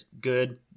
good